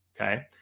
okay